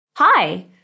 Hi